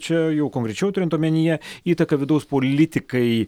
čia jau konkrečiau turint omenyje įtaką vidaus politikai